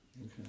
Okay